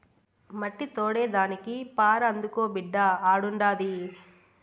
మట్టి తోడేదానికి పార అందుకో బిడ్డా ఆడుండాది